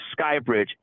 Skybridge